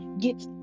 Get